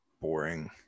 boring